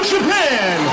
Japan